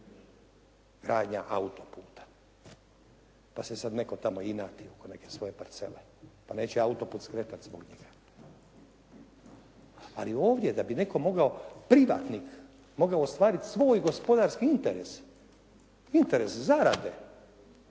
gradnja autoputa pa se sad netko tamo inati oko svoje parcele, pa neće autoput skretati zbog njega. Ali ovdje da bi netko mogao, privatnik mogao ostvariti svoj gospodarski interes, interes zarade,